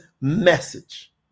Message